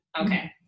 okay